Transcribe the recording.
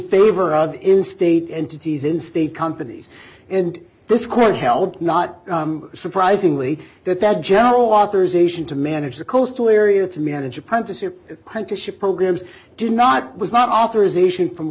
favor of in state entities in state companies and this court held not surprisingly that that general authorization to manage the coastal area to manage apprenticeship quite a ship programs did not was not authorization from